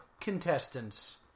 contestants